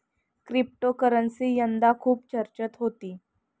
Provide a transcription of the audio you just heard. cryptocurrency यंदा खूप चर्चेत होती